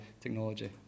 technology